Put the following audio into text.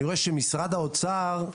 אני רואה שמשרד האוצר,